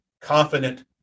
confident